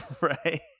right